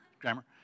grammar